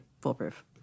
foolproof